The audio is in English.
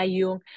yung